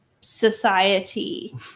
society